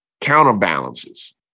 Counterbalances